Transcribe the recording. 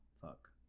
Fuck